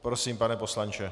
Prosím, pane poslanče.